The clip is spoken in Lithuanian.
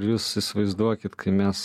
jūs įsivaizduokit kai mes